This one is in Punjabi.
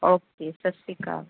ਓਕੇ ਸਤਿ ਸ਼੍ਰੀ ਅਕਾਲ